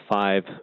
five